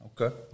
Okay